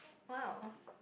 !wow!